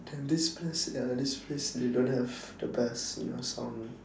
damn this place ya this place they don't have the best you know sound